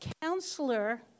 counselor